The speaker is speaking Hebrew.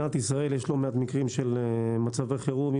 במדינת ישראל יש לא מעט מקרים של מצבי חירום,